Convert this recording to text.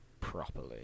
properly